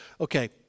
okay